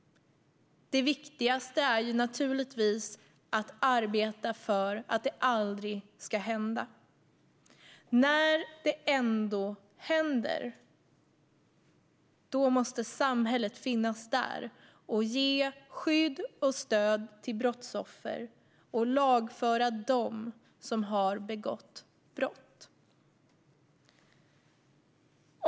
Det viktigaste är naturligtvis att arbeta för att det aldrig ska hända. När det ändå händer måste samhället finnas där och ge skydd och stöd till brottsoffer och lagföra dem som har begått brott.